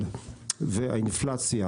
כמו שאמר היושב-ראש,